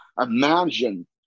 Imagine